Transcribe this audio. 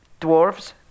dwarves